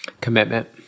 Commitment